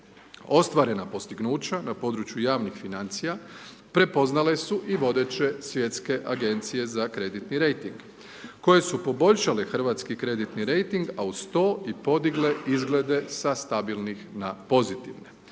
Ostvarena postignuća na području javnih financija, prepoznale su i vodeće Svjetske agencije za kreditni rejting, koje su poboljšale hrvatski kreditni rejting, a uz to i podigle izglede sa stabilnih na pozitivne.